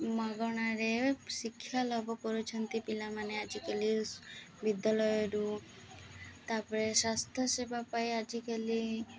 ମାଗଣାରେ ଶିକ୍ଷା ଲାଭ କରୁଛନ୍ତି ପିଲାମାନେ ଆଜିକାଲି ବିଦ୍ୟାଳୟରୁ ତାପରେ ସ୍ୱାସ୍ଥ୍ୟ ସେବା ପାଇଁ ଆଜିକାଲି